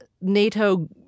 NATO